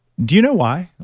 do you know why?